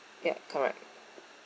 ya correct